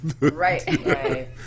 right